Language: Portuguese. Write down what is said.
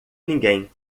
ninguém